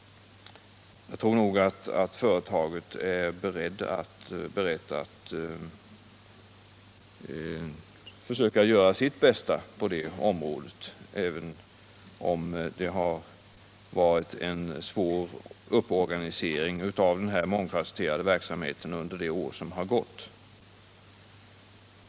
Jag tror att företaget är berett att göra sitt bästa på det området, även om det har varit en svår upporganisering av den här mångfasetterade verksamheten under det år som gått.